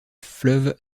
fleuve